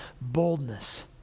boldness